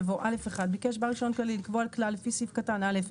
יבוא: "(א1) ביקש בעל רישיון כללי לקבוע כלל לפי סעיף קטן (א),